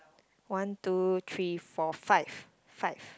one two three four five five